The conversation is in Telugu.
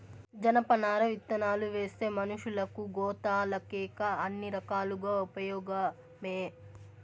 జనపనార విత్తనాలువేస్తే మనషులకు, గోతాలకేకాక అన్ని రకాలుగా ఉపయోగమే